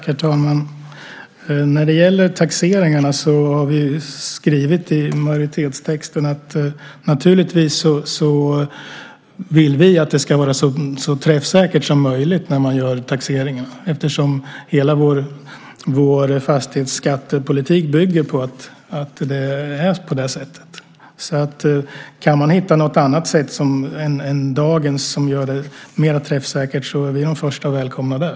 Herr talman! När det gäller taxeringarna har vi skrivit i majoritetstexten att vi naturligtvis vill att det ska vara så träffsäkert som möjligt när man gör taxeringarna. Hela vår fastighetsskattepolitik bygger ju på att det är på det sättet. Kan man hitta något annat sätt än dagens som gör det mera träffsäkert är vi de första att välkomna det.